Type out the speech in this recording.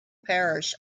parish